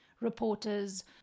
reporters